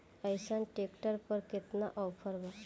अइसन ट्रैक्टर पर केतना ऑफर बा?